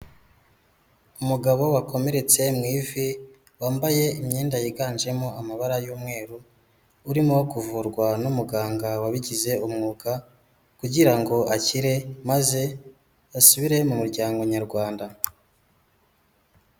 Umugabo wakomeretse mu ivi wambaye imyenda yiganjemo amabara y'umweru, urimo kuvurwa n'umuganga wabigize umwuga kugira ngo akire maze asubire mu muryango nyarwanda.